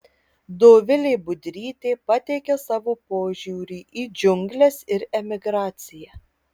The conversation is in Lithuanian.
dovilė budrytė pateikia savo požiūrį į džiungles ir emigraciją